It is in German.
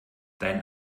dein